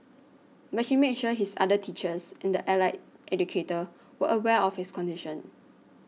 but she made sure his other teachers and the allied educator were aware of his condition